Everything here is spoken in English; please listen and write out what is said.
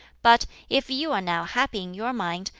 but if you are now happy in your mind,